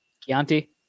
Chianti